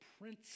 prince